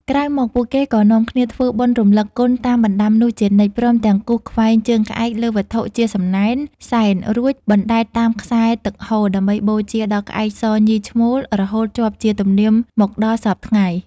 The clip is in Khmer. ក្រោយមក ពួកគេក៏នាំគ្នាធ្វើបុណ្យរំលឹកគុណតាមបណ្ដាំនោះជានិច្ច ព្រមទាំងគូសខ្វែងជើងក្អែកលើវត្ថុជាសំណែន សែនរួចបណ្ដែតតាមខ្សែទឹកហូរ ដើម្បីបូជាដល់ក្អែកសញីឈ្មោល រហូតជាប់ជាទំនៀមមកដល់សព្វថ្ងៃ។